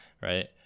right